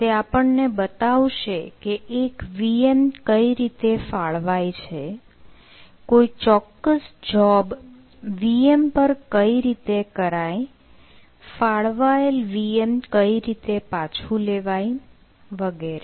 તે આપણને બતાવશે કે એક VM કઈ રીતે ફાળવાય છે કોઈ ચોક્કસ જોબ VM પર કઈ રીતે રન કરાય ફાળવાયેલ VM કઈ રીતે પાછું લેવાય વગેરે